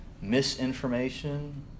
misinformation